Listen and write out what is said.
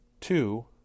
Two